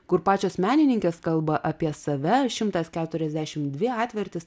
kur pačios menininkės kalba apie save šimtas keturiasdešim dvi atvertys